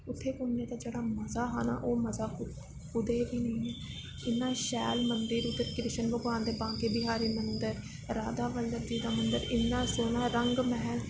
उत्थें घूमने दा जेह्का मजा हा ना ओह् मजा कुदै बा निं ऐ इन्ने शैल मन्दर उद्धर कृष्ण भगवान बांके बिहारी मन्दर राधा मंदर जी दा इन्ना सोह्ना रंग मैह्ल